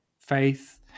faith